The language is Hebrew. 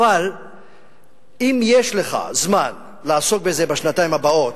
אבל אם יש לך זמן לעסוק בזה בשנתיים הבאות,